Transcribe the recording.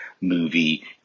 movie